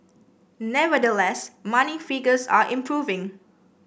nevertheless monthly figures are improving